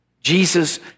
Jesus